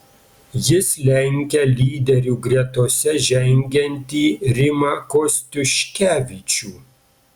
jis lenkia lyderių gretose žengiantį rimą kostiuškevičių